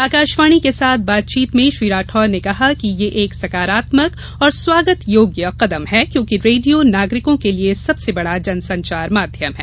आकाशवाणी के साथ बातचीत में श्री राठौड़ ने कहा कि यह एक सकारात्मक और स्वागत योग्य कदम है क्योंकि रेडियो नागरिकों के लिए सबसे बड़ा जन संचार माध्यम है